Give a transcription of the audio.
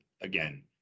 Again